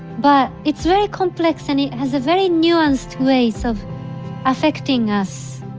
but it's very complex and it has very nuanced ways of affecting us,